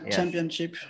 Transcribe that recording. Championship